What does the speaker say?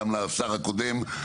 גם לשר הקודם,